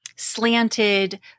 slanted